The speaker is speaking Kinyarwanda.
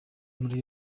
muri